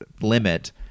limit